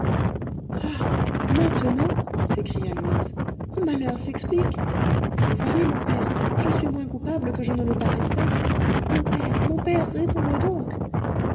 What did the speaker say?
maintenant s'écria louise mon malheur s'explique vous le voyez mon père je suis moins coupable que je ne le paraissais mon père mon père réponds-moi donc